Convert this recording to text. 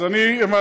אכן